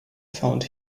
found